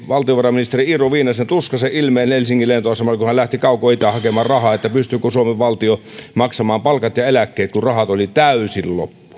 valtiovarainministeri iiro viinasen tuskaisen ilmeen helsingin lentoasemalla kun hän lähti kaukoitään hakemaan rahaa jotta suomen valtio pystyisi maksamaan palkat ja eläkkeet kun rahat oli täysin loppu